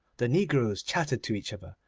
the negroes chattered to each other,